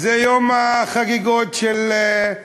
זה יום החגיגות של,